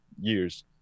years